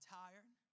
tired